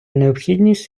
необхідність